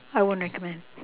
I won't recommend